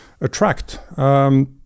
attract